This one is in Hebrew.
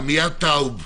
עמיעד טאוב,